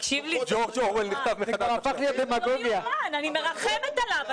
לא יאומן, אני מרחמת עליו.